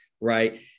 right